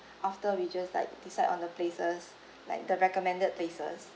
after we just like decide on the places like the recommended places